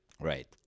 Right